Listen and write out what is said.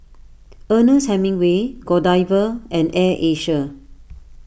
Ernest Hemingway Godiva and Air Asia